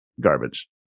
garbage